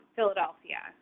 Philadelphia